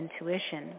intuition